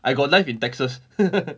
I got live in texas